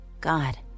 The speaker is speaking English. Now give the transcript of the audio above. God